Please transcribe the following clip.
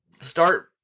start